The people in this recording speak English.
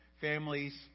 families